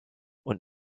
und